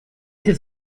his